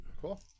Cool